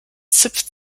zipft